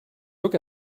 look